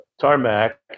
tarmac